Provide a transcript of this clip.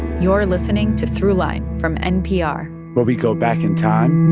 you're listening to throughline from npr where we go back in time.